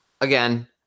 Again